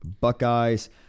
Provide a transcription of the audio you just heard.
Buckeyes